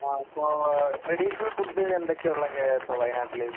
ആ ഇപ്പോൾ traditional food എന്തൊക്കെയാണ് ഉള്ളത് ഇപ്പം വയനാട്ടിൽ